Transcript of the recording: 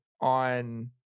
on